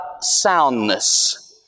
soundness